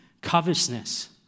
covetousness